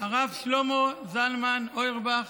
הרב שלמה זלמן אוירבך,